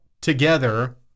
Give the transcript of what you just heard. together